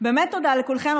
באמת תודה לכולכם,